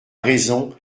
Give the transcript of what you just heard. raison